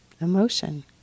emotion